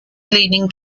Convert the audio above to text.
leaning